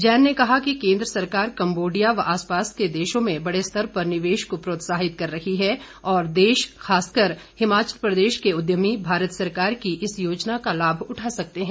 जैन ने कहा कि केन्द्र सरकार कंबोडिया और आसपास के देशों में बड़े स्तर पर निवेश को प्रोत्साहित कर रही है और देश खासकर हिमाचल प्रदेश को उद्यमी भारत सरकार की इस योजना का लाभ उठा सकते हैं